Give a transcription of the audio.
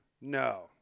No